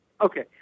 Okay